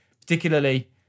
particularly